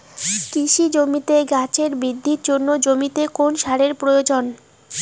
কৃষি জমিতে গাছের বৃদ্ধির জন্য জমিতে কোন সারের প্রয়োজন?